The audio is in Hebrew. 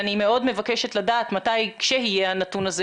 אני מאוד מבקשת לדעת מתי צפוי להיות הנתון הזה